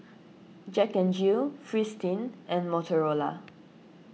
Jack N Jill Fristine and Motorola